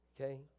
okay